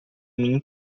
mim